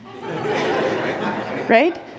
right